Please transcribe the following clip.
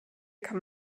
kann